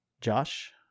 Josh